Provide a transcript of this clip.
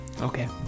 Okay